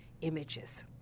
images